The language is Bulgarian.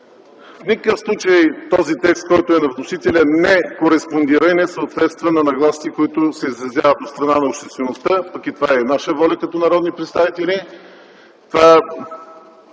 В никакъв случай текстът на вносителя не кореспондира и не съответства на нагласите, които се изразяват от страна на обществеността, а това е и наша воля като народни представители.